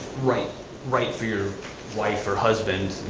write write for your wife or husband,